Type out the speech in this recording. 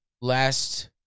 last